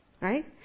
Right